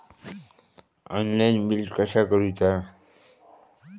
Online bill कसा करुचा?